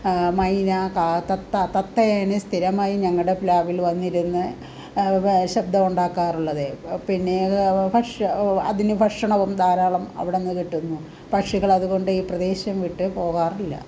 മൈന ക തത്ത തത്തയാണ് സ്ഥിരമായി ഞങ്ങളുടെ പ്ലാവിൽ വന്നിരുന്ന് അങ്ങനത്തെ ശബ്ദമുണ്ടാക്കാറുള്ളത് പിന്നെ പക്ഷെ അതിന് ഭക്ഷണവും ധാരാളം അവിടെ നിന്ന് കിട്ടുന്നു പക്ഷികളതുകൊണ്ട് ഈ പ്രദേശം വിട്ടുപോകാറില്ല